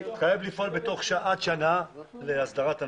לפעול עד שנה להסדרת הנושא.